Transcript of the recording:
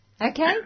Okay